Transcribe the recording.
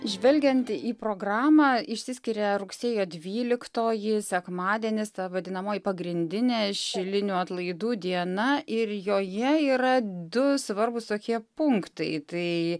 žvelgiant į programą išsiskiria rugsėjo dvyliktoji sekmadienis ta vadinamoji pagrindinė šilinių atlaidų diena ir joje yra du svarbūs tokie punktai tai